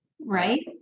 Right